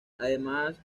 además